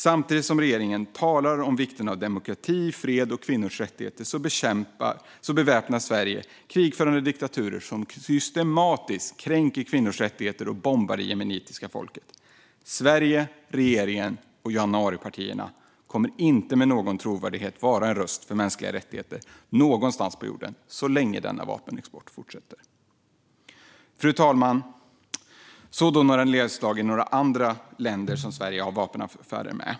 Samtidigt som regeringen talar om vikten av demokrati, fred och kvinnors rättigheter beväpnar Sverige krigförande diktaturer som systematiskt kränker kvinnors rättigheter och bombar det jemenitiska folket. Sverige, regeringen och januaripartierna kommer inte med någon trovärdighet att vara en röst för mänskliga rättigheter någonstans på jorden så länge denna vapenexport fortsätter. Fru talman! Så då några nedslag i några andra länder som Sverige har vapenaffärer med.